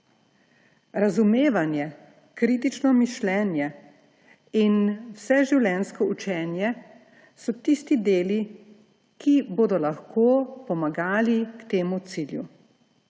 Razumevanje, kritično mišljenje in vseživljenjsko učenje so tisti deli, ki bodo lahko pomagali k temu cilju.